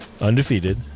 undefeated